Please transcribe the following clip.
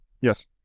Yes